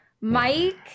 Mike